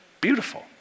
beautiful